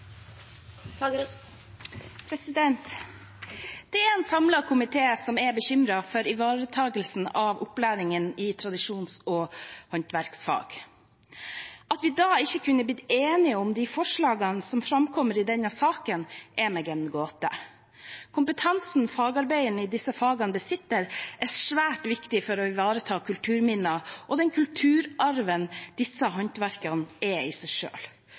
en samlet komité som er bekymret for ivaretakelsen av opplæringen i tradisjons- og håndverksfag. At vi da ikke kunne blitt enige om de forslagene som framkommer i denne saken, er meg en gåte. Kompetansen fagarbeiderne i disse fagene besitter, er svært viktig for å ivareta kulturminner og den kulturarven disse håndverkene er i seg